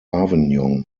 avignon